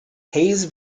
hayes